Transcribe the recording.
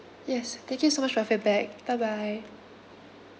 yes thank you so much for your feedback bye bye